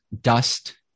dust